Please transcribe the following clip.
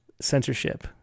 censorship